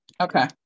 Okay